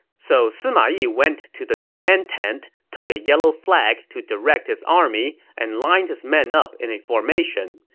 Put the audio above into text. so sima yi went to the command tent, took a yellow flag to direct his army, and lined his men up in a formation.